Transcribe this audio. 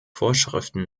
vorschriften